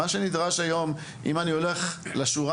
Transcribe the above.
מה שנדרש היום הוא